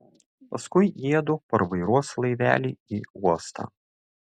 paskui jiedu parvairuos laivelį į uostą